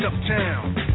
uptown